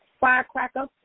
firecracker